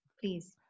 please